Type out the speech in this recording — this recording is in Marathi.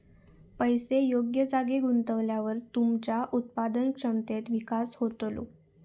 पैसो योग्य जागी गुंतवल्यावर तुमच्या उत्पादन क्षमतेत विकास होतलो